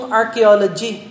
archaeology